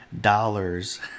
dollars